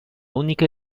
única